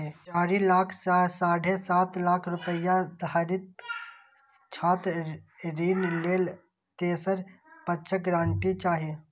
चारि लाख सं साढ़े सात लाख रुपैया धरिक छात्र ऋण लेल तेसर पक्षक गारंटी चाही